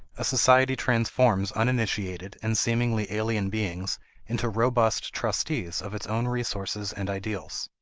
a society transforms uninitiated and seemingly alien beings into robust trustees of its own resources and ideals.